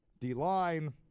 D-line